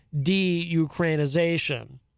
de-Ukrainization